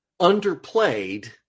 underplayed